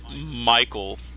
Michael